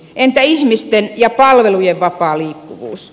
entä ihmisten ja palvelujen vapaa liikkuvuus